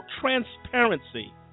transparency